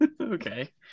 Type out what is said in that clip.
Okay